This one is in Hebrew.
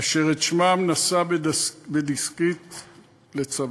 אשר את שמותיהם נשא בדסקית לצווארו.